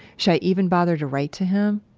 should i even bother to write to him?